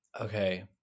Okay